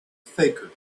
faker